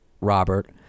Robert